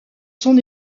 son